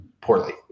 poorly